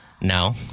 no